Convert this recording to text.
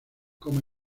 como